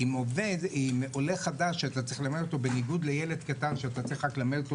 אם עולה חדש שאתה צריך ללמד אותו בניגוד לילד קטן שאתה צריך ללמד אותו